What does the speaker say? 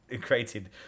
created